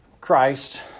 christ